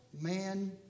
man